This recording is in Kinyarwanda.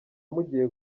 mugiye